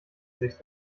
sich